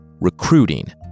Recruiting